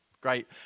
Great